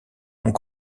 hong